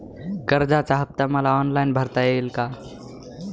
कर्जाचा हफ्ता मला ऑनलाईन भरता येईल का?